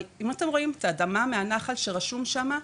אבל אם אתם רואים את האדמה מהנחל שרשום שם,